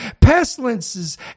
Pestilences